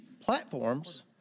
platforms